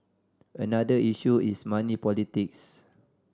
another issue is money politics